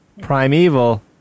primeval